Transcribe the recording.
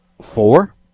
four